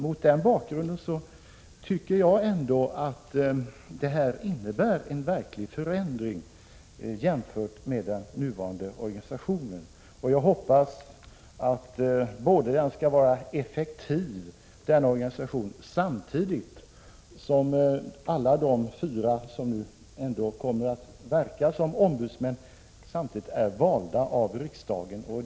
Mot den bakgrunden tycker jag ändå att det föreliggande förslaget innebär en verklig förändring jämfört med den nuvarande organisationen. Jag hoppas att organisationen skall vara effektiv, samtidigt som alla de fyra personer som nu ändå kommer att verka som ombudsmän är valda av riksdagen.